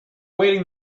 awaiting